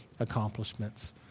Accomplishments